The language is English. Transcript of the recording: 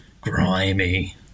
grimy